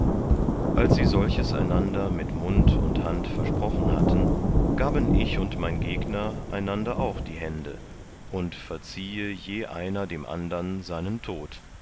als sie solches einander mit mund und hand versprochen hatten gaben ich und mein gegner einander auch die hände und verziehe je einer dem andern seinen tod